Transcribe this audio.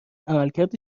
عملکرد